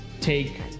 take